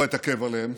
לא אתעכב עליהם,